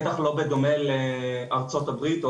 בטח לא בדומה לארצות הברית,